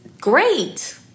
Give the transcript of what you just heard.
Great